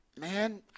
man